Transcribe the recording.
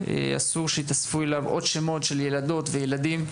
אסור שיתווספו אליו עוד שמות של ילדים וילדות,